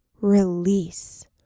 release